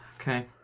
Okay